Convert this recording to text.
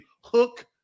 hook